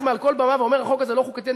מעל כל במה ואומר: החוק הזה לא חוקתי,